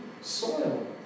soil